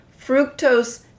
fructose